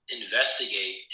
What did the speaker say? investigate